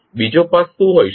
બીજો પાથ શું હોઈ શકે